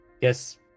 Yes